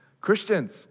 Christians